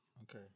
Okay